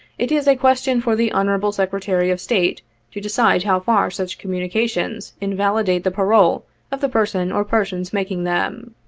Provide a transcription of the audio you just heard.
it is a question for the honorable secretary of state to decide how far such communications invalidate the parole of the person or persons making them.